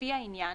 לפי העניין,